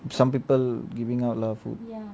some people giving out lah food